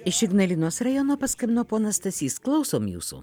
iš ignalinos rajono paskambino ponas stasys klausom jūsų